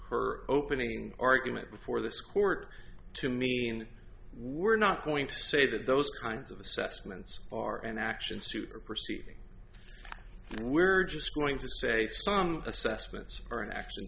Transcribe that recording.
her opening argument before this court to mean we're not going to say that those kinds of assessments are an action suit or proceeding we're just going to say some assessments are a